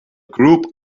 group